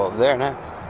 there next.